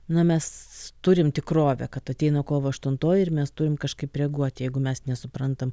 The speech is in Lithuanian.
na mes turim tikrovę kad ateina kovo aštuntoji ir mes turim kažkaip reaguoti jeigu mes nesuprantam